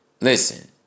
listen